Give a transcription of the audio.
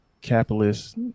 capitalist